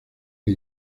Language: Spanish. que